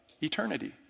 eternity